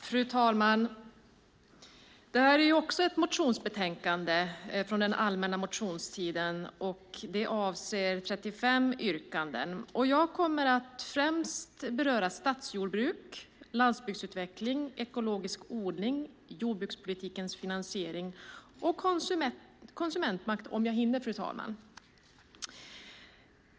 Fru talman! Det här är ett motionsbetänkande från den allmänna motionstiden med 35 yrkanden. Jag kommer främst att beröra stadsjordbruk, landsbygdsutveckling, ekologisk odling, jordbrukspolitikens finansiering och, om jag hinner, fru talman, konsumentmakt.